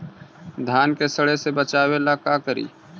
धान के सड़े से बचाबे ला का करि?